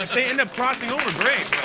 they end up crossing over, great.